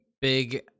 big